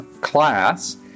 class